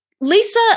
Lisa